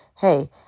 hey